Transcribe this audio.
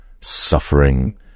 suffering